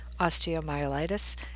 osteomyelitis